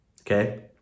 okay